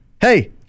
hey